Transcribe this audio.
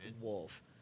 Wolf